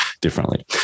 differently